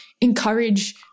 encourage